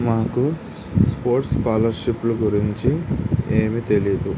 మాకు స్పోర్ట్స్ స్కాలర్షిప్లు గురించి ఏమి తెలియదు